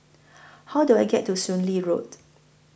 How Do I get to Soon Lee Road